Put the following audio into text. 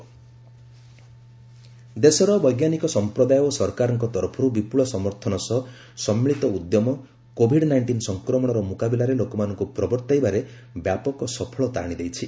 PCA AIR ଦେଶର ବୈଜ୍ଞାନିକ ସମ୍ପ୍ରଦାୟ ଓ ସରକାରଙ୍କ ତରଫରୁ ବିପୁଳ ସମର୍ଥନ ସହ ସମ୍ମିଳିତ ଉଦ୍ୟମ କୋଭିଡ୍ ନାଇଣ୍ଜିନ୍ ସଂକ୍ରମଣର ମୁକାବିଲାରେ ଲୋକମାନଙ୍କୁ ପ୍ରବର୍ତ୍ତାଇବାରେ ବ୍ୟାପକ ସଫଳତା ଆଣିଦେଇଛି